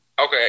okay